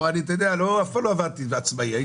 אף פעם לא עבדתי כעצמאי.